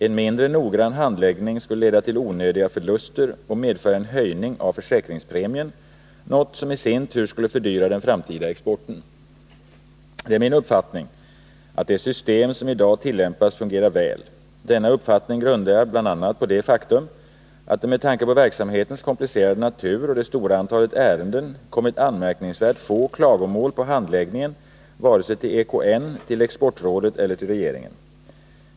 En mindre noggrann handläggning skulle leda till onödiga förluster och medföra en höjning av försäkringspremien, något som i sin tur skulle fördyra den framtida exporten. Det är min uppfattning att det system som i dag tillämpas fungerar väl. Denna uppfattning grundar jag bl.a. på det faktum att det med tanke på verksamhetens komplicerade natur och det stora antalet ärenden kommit anmärkningsvärt få klagomål på handläggningen till såväl EKN och Exportrådet som till regeringen.